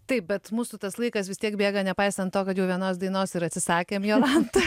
taip bet mūsų tas laikas vis tiek bėga nepaisant to kad jau vienos dainos ir atsisakėm jolanta